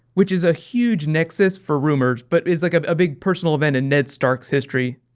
which is a huge nexus for rumors, but is like a big personal event in ned stark's history.